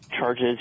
Charges